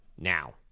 now